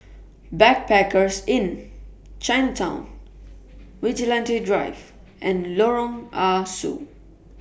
Backpackers Inn Chinatown Vigilante Drive and Lorong Ah Soo